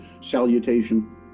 salutation